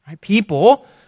People